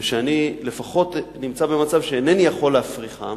ואני לפחות נמצא במצב שאינני יכול להפריכן,